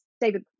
David